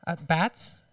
Bats